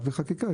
רק בחקיקה.